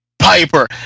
piper